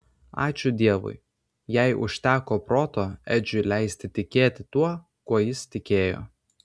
ačiū dievui jai užteko proto edžiui leisti tikėti tuo kuo jis tikėjo